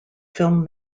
film